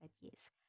yes